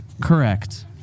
Correct